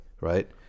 right